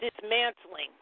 Dismantling